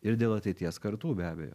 ir dėl ateities kartų be abejo